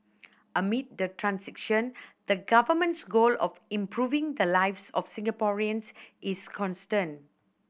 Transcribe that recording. amid the transition the Government's goal of improving the lives of Singaporeans is constant